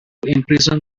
imprison